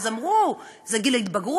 אז אמרו: זה גיל ההתבגרות,